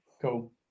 cool